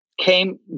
came